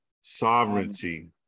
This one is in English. sovereignty